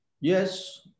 Yes